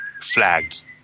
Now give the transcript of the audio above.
Flagged